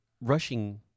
rushing